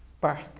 birth